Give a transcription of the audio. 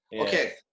okay